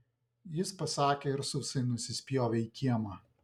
jis pasakė ir sausai nusispjovė į kiemą